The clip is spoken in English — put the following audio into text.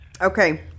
Okay